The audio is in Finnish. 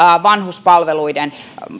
vanhuspalveluiden